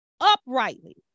uprightly